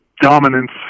dominance